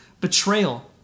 betrayal